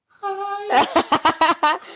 hi